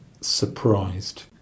surprised